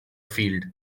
field